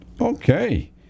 Okay